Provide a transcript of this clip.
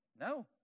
No